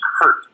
hurt